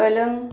पलंग